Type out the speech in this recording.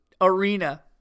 arena